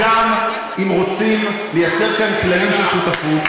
אם רוצים לייצר כאן כללים של שותפות,